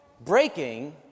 breaking